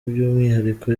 by’umwihariko